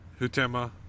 Hutema